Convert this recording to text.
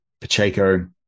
Pacheco